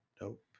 nope